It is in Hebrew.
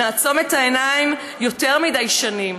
נעצום את העיניים יותר מדי שנים.